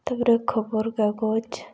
ᱛᱟᱨᱯᱚᱨᱮ ᱠᱷᱚᱵᱚᱨ ᱠᱟᱜᱚᱡᱽ